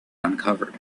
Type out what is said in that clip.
uncovered